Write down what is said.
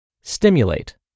Stimulate